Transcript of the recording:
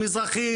מזרחי,